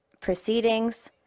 proceedings